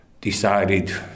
Decided